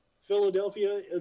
philadelphia